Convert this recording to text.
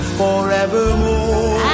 forevermore